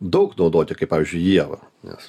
daug naudoti kaip pavyzdžiui ieva nes